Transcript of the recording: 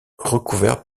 recouvert